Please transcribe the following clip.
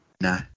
no